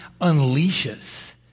unleashes